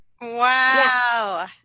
Wow